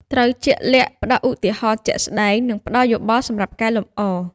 ត្រូវជាក់លាក់ ផ្តល់ឧទាហរណ៍ជាក់ស្តែង និងផ្តល់យោបល់សម្រាប់កែលម្អ។